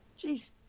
Jeez